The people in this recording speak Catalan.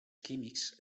químics